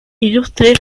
ilustre